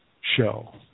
show